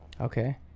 Okay